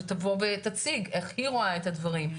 שתבוא ותציג איך היא רואה את הדברים,